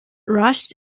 rushed